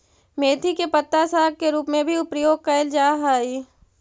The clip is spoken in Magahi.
मेथी के पत्ता साग के रूप में भी प्रयोग कैल जा हइ